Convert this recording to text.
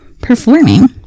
performing